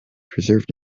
preserved